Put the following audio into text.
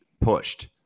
pushed